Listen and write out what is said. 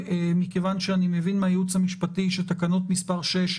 מכיוון שאני מבין מהייעוץ המשפטי שאם לא נצביע על תקנות מס' 6,